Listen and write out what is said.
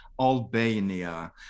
Albania